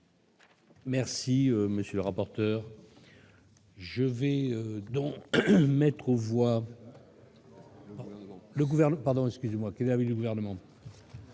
Merci, monsieur le rapporteur, je vais donc mettre ou voir. Le Parlement.